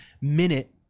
minute